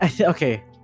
Okay